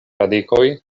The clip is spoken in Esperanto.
radikoj